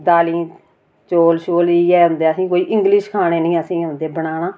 दाली चौल शोल इयै औंदे असेंगी कोई इंग्लिश खाने नी असेंगी आंदे बनाना